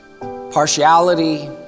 partiality